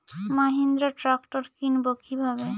Mahindra tractor কিনবো কি ভাবে?